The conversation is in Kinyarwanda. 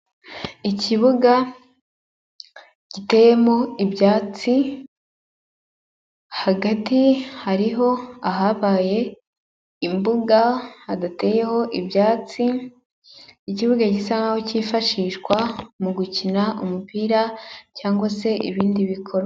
Ikibuga giteyemo ibyatsi hagati hariho ahabaye imbuga hadateyeho ibyatsi, ikibuga gisa nk'aho cyifashishwa mu gukina umupira cyangwa se ibindi bikorwa.